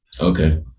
okay